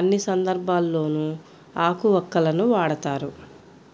అన్ని సందర్భాల్లోనూ ఆకు వక్కలను వాడతారు